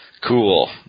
Cool